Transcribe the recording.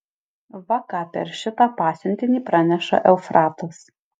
va ką per šitą pasiuntinį praneša eufratas